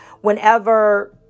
whenever